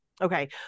okay